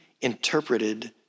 interpreted